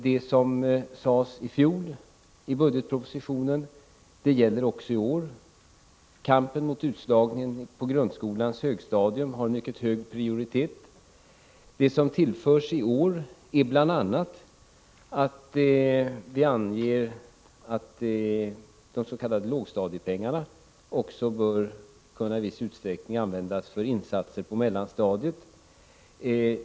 Det som sades i fjol i budgetpropositionen gäller också i år: kampen mot utslagningen på grundskolans högstadium har mycket hög prioritet. Det som tillförs i år är bl.a. att vi anger att också de s.k. lågstadiepengarna i viss utsträckning bör kunna användas till insatser på mellanstadiet.